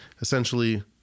essentially